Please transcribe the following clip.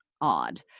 odd